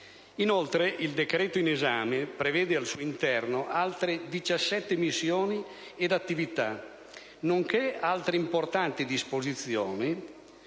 Inoltre il decreto in esame prevede al suo interno altre 17 missioni ed attività, nonché altre importanti disposizioni,